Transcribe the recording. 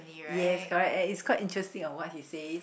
yes correct and is quite interesting on what he says